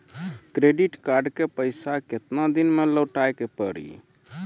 Credit card के पैसा केतना दिन मे लौटाए के पड़ी?